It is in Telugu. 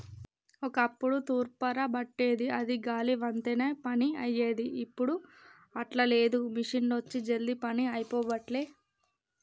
ఒక్కప్పుడు తూర్పార బట్టేది అది గాలి వత్తనే పని అయ్యేది, ఇప్పుడు అట్లా లేదు మిషిండ్లొచ్చి జల్దీ పని అయిపోబట్టే